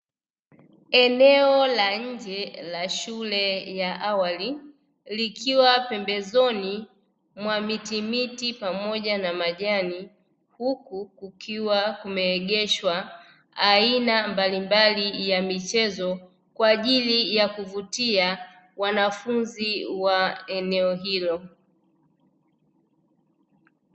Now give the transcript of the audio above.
Eneo la nje la shule ya awali, likiwa pembezoni mwa mitimiti pamoja na majani. Huku kukiwa kumeegeshwa aina mbalimbali ya michezo, kwa ajili ya kuvutia wanafunzi wa eneo hilo.